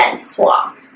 swap